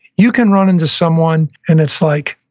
you can run into someone and it's, like